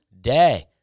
day